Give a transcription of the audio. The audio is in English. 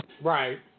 Right